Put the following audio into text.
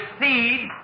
seed